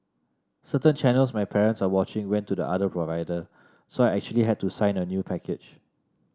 certain channels my parents are watching went to the other provider so I actually had to sign a new package